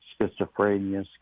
schizophrenia